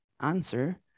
answer